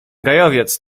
gajowiec